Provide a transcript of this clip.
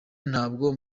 ntabwo